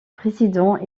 président